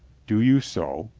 do you so?